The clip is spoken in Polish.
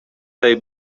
tej